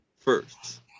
first